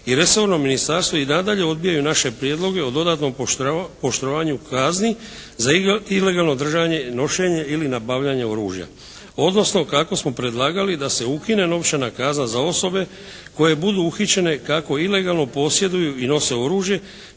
i resorno ministarstvo i nadalje odbijaju naše prijedloge o dodatnom pooštravanju kazni za ilegalno držanje, nošenje ili nabavljanje oružja, odnosno kako smo predlagali da se ukine novčana kazna za osobe koje budu uhićene kako ilegalno posjeduju i nose oružje